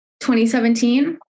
2017